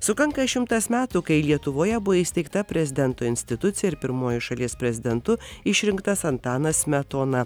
sukanka šimtas metų kai lietuvoje buvo įsteigta prezidento institucija ir pirmuoju šalies prezidentu išrinktas antanas smetona